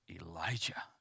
Elijah